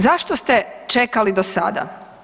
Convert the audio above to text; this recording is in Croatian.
Zašto ste čekali do sada?